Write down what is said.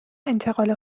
انتقال